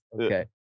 Okay